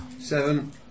Seven